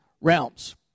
realms